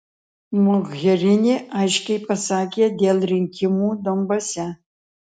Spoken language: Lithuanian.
mogherini aiškiai pasakė dėl rinkimų donbase